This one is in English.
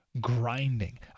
grinding